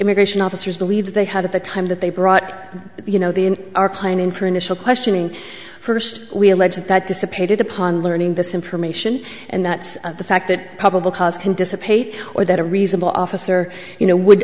immigration officers believe they had at the time that they brought you know the in our planning for initial questioning first we allege that dissipated upon learning this information and that of the fact that probable cause can dissipate or that a reasonable officer you know would